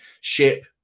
ship